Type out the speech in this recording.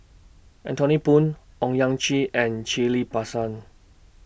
Anthony Poon Owyang Chi and Ghillie BaSan